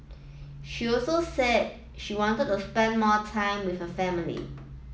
she also said she wanted to spend more time with her family